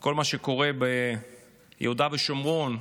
כל מה שקורה ביהודה ושומרון,